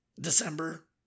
December